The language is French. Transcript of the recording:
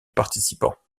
participants